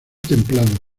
templado